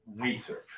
research